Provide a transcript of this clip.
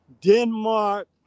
Denmark